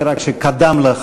רק שקדם לה,